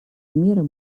мира